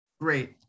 Great